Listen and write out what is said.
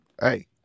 Hey